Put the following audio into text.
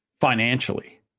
financially